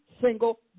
single